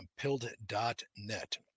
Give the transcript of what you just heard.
PILD.net